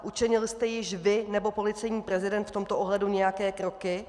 Učinil jste již vy nebo policejní prezident v tomto ohledu nějaké kroky?